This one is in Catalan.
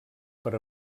per